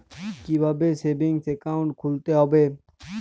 কীভাবে savings account খুলতে হবে?